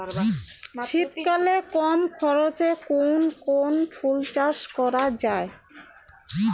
শীতকালে কম খরচে কোন কোন ফুল চাষ করা য়ায়?